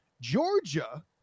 Georgia